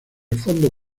fondo